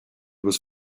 was